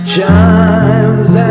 Chimes